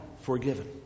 forgiven